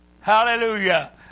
Hallelujah